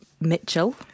Mitchell